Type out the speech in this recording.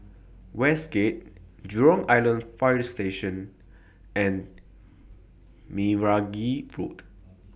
Westgate Jurong Island Fire Station and Meragi Road